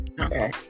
Okay